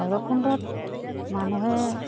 ভৈৰৱকুণ্ডত মানুহে